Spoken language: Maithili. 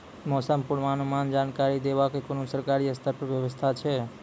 मौसम पूर्वानुमान जानकरी देवाक कुनू सरकारी स्तर पर व्यवस्था ऐछि?